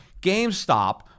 GameStop